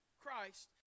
Christ